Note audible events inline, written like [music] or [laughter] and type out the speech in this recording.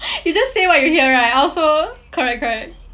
[noise] you just say what you hear right I also correct correct